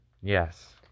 Yes